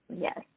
yes